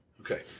Okay